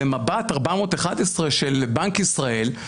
במבט 411 של בנק ישראל,